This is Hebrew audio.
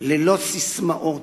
ללא ססמאות,